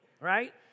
right